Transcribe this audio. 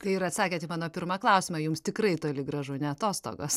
tai ir atsakėt į mano pirmą klausimą jums tikrai toli gražu ne atostogos